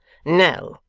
no,